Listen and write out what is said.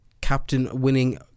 captain-winning